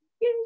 yay